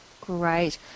Great